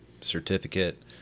certificate